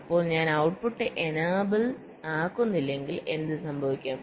അപ്പോൾ ഞാൻ output enable ആക്കുന്നില്ലെങ്കിൽ എന്ത് സംഭവിക്കും